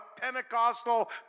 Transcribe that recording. Pentecostal